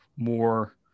more